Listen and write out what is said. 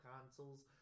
consoles